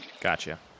gotcha